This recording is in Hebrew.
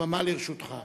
הבמה לרשותך.